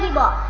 la